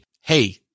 hey –